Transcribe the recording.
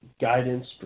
guidance